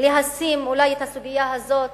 אולי להסדיר את הסוגיה הזאת